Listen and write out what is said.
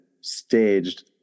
staged